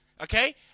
Okay